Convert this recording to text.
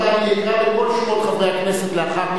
אני אקרא בכל שמות חברי הכנסת לאחר מכן,